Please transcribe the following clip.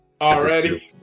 Already